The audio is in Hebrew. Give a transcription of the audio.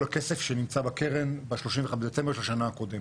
הכסף שנמצא בקרן ב-31 בדצמבר של השנה הקודמת.